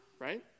right